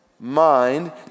Mind